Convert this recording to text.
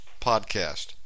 podcast